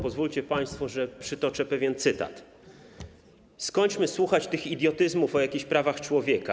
Pozwólcie państwo, że przytoczę pewien cytat: Skończmy słuchać tych idiotyzmów o jakichś prawach człowieka.